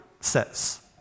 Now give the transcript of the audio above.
says